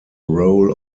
role